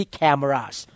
cameras